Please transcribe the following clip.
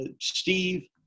Steve